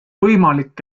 võimalik